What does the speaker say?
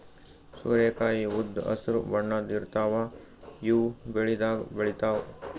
ಸೋರೆಕಾಯಿ ಉದ್ದ್ ಹಸ್ರ್ ಬಣ್ಣದ್ ಇರ್ತಾವ ಇವ್ ಬೆಳಿದಾಗ್ ಬೆಳಿತಾವ್